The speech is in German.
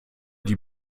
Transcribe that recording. die